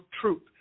truth